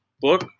Book